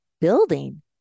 building